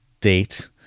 date